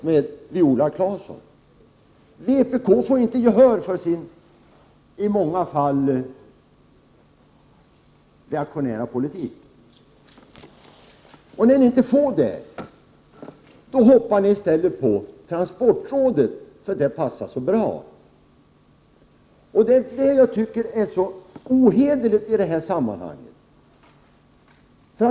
Vpk får nämligen inte gehör för sin i många fall reaktionära politik. När ni inte får det hoppar ni i stället på transportrådet, för det passar så bra. Det är det som jag tycker är så ohederligt i det här sammanhanget.